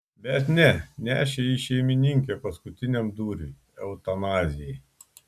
bet ne nešė jį šeimininkė paskutiniam dūriui eutanazijai